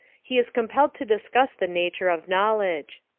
he is compelled to discuss the nature of knowledge.